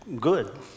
good